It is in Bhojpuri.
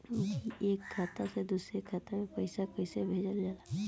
जी एक खाता से दूसर खाता में पैसा कइसे भेजल जाला?